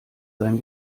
sein